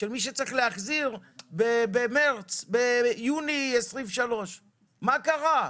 שמי שצריך להחזיר ביוני 2023. מה קרה?